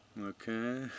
okay